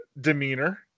demeanor